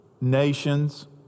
Nations